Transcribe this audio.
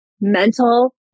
mental